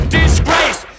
disgrace